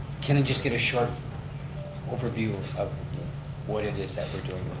can i just get a short overview of what it is that we're doing